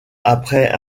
après